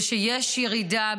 זה שיש ירידה,